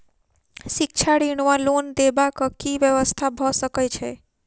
शिक्षा ऋण वा लोन देबाक की व्यवस्था भऽ सकै छै?